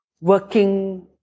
Working